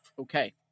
Okay